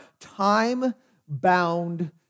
time-bound